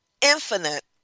infinite